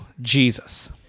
jesus